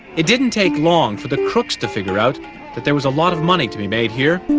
it didn't take long for the crooks to figure out that there was a lot of money to be made here,